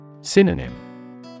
Synonym